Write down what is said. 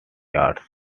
arts